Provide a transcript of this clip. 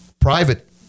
private